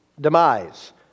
demise